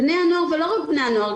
בני הנוער ולא רק בני הנוער,